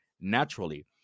naturally